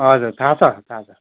हजुर थाहा छ थाहा छ